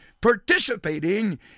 participating